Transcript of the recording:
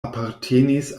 apartenis